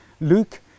Luke